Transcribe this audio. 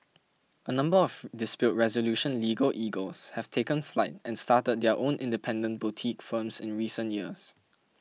number of dispute resolution legal eagles have taken flight and started their own independent boutique firms in recent years